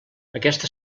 aquesta